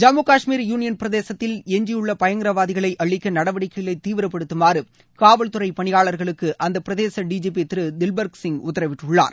Jammu Kashmir union பிரதேசத்தில் எஞ்சியுள்ள பயங்கரவாதிகளை அழிக்க நடவடிக்கைகளை தீவிரப்படுத்துமாறு காவல்துறை பணியாளர்களுக்கு அந்த பிரதேச டிஜிபி திரு திவ்பர்க் சிங் உத்தரவிட்டுள்ளார்